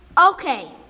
Okay